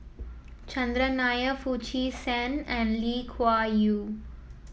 Chandran Nair Foo Chee San and Lee Kuan Yew